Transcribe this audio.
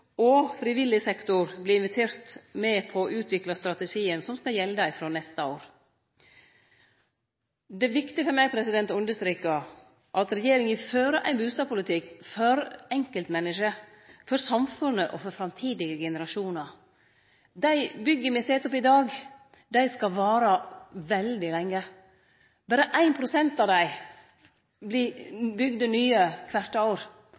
og frivillig sektor blir invitert med på å utvikle strategien, som skal gjelde frå neste år. Det er viktig for meg å understreke at regjeringa fører ein bustadpolitikk for enkeltmennesket, for samfunnet og for framtidige generasjonar. Dei bygga me set opp i dag, skal vare veldig lenge. Berre 1 pst. blir bygde nye kvart år,